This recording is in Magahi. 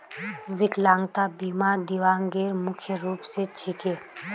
विकलांगता बीमा दिव्यांगेर मुख्य रूप स छिके